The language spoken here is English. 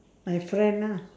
my friend ah